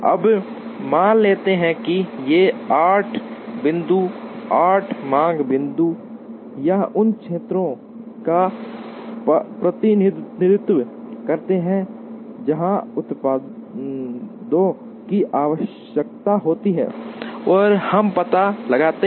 अब मान लेते हैं कि ये 8 बिंदु 8 मांग बिंदु या उन क्षेत्रों का प्रतिनिधित्व करते हैं जहाँ उत्पादों की आवश्यकता होती है